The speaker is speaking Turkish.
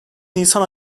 nisan